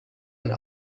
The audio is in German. eine